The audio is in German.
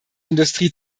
industrie